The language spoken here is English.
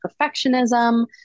perfectionism